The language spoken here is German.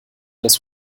dass